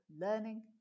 learning